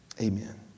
Amen